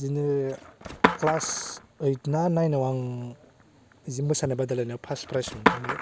बिदिनो क्लास ओइट ना नाइनाव आं बिदिनो मोसानाय बादायलायनायाव फार्स्त प्राइज मोनखांबाय